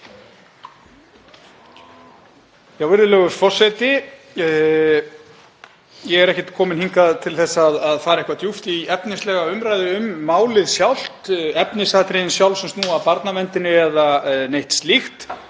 Virðulegur forseti. Ég er ekki kominn hingað til að fara eitthvað djúpt í efnislega umræðu um málið sjálft, efnisatriðin sjálf sem snúa að barnaverndinni eða neitt slíkt.